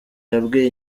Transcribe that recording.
yabwiye